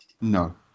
No